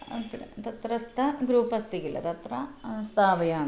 अत्र तत्रस्थ ग्रूप् अस्ति किल तत्र स्थापयामि